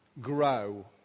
grow